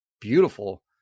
beautiful